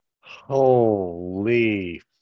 Holy